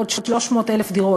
עוד 300,000 דירות.